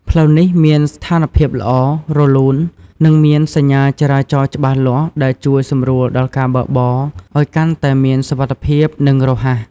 ផ្លូវនេះមានស្ថានភាពល្អ រលូន និងមានសញ្ញាចរាចរណ៍ច្បាស់លាស់ដែលជួយសម្រួលដល់ការបើកបរឲ្យកាន់តែមានសុវត្ថិភាពនិងរហ័ស។